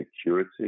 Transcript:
security